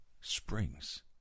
springs